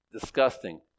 disgusting